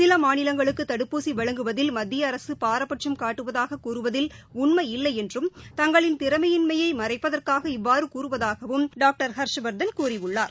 சிலமாநிலங்களுக்குதடுப்பூசிவழங்குவதில் மத்தியஅரசுபாரபட்சம் காட்டுவதாகக் கூறுவதில் உண்மை இல்லைஎன்றும் தங்களின் திறமையின்மையமறைப்பதற்காக இவ்வாறகூறுவதாகவும் டாக்டர் ஹர்ஷ்வர்தன் கூறியுள்ளார்